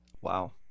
Wow